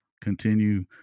continue